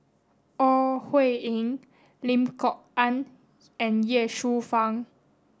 Ore Huiying Lim Kok Ann and Ye Shufang